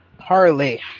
Harley